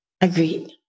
agreed